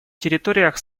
территориях